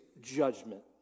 judgment